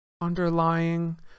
underlying